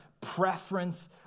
preference